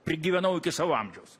prigyvenau iki savo amžiaus